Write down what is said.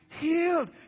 healed